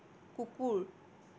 কুকুৰ